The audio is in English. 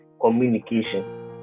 communication